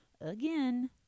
Again